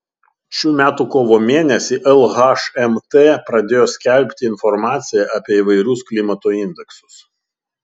šių metų kovo mėnesį lhmt pradėjo skelbti informaciją apie įvairius klimato indeksus